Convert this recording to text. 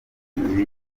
ibi